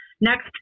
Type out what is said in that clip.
next